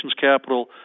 capital